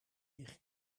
eich